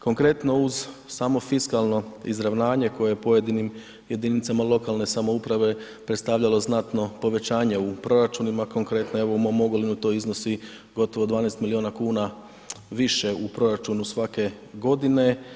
Konkretno, uz samo fiskalno izravnanje koje je pojedinim jedinicama lokalne samouprave predstavljalo znatno povećanje u proračunima, konkretno evo u mom Ogulinu to iznosi gotovo 12 milijuna kuna više u proračunu svake godine.